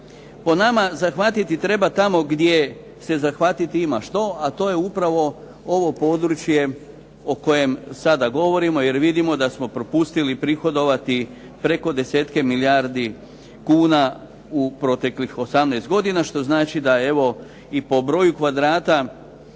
Po nama zahvatiti treba tamo gdje se ima zahvatiti što, a to je upravo ovo područje o kojem sada govorimo, jer vidimo da smo propustili prihodovati preko desetke milijardi kuna u proteklih 18 godina, što znači da evo i po broju kvadrata